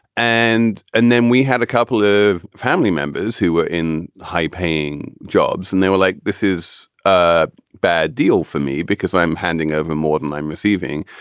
and and then we had a couple of family members who were in high paying jobs and they were like, this is a bad deal for me because i'm handing over more than i'm receiving.